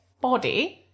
body